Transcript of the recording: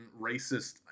racist